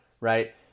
right